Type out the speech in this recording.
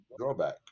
drawback